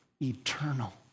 eternal